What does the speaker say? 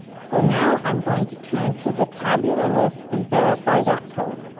so now i am going to turn to the tabular list and verify that code.